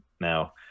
Now